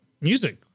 music